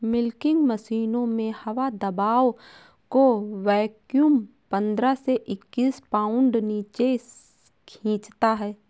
milking मशीनों में हवा दबाव को वैक्यूम पंद्रह से इक्कीस पाउंड नीचे खींचता है